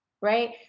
right